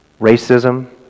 racism